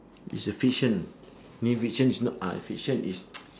is a fiction mean fiction is not ah fiction is